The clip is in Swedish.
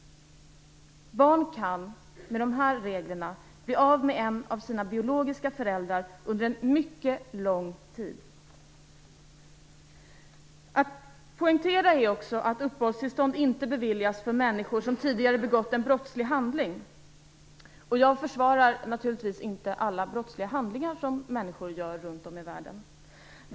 Barn kan med de här reglerna bli av med en av sina biologiska föräldrar under en mycket lång tid. Det skall också poängteras att uppehållstillstånd inte beviljas för människor som tidigare begått en brottslig handling. Jag försvarar naturligtvis inte alla brottsliga handlingar som människor gör runt om i världen.